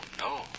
no